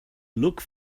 look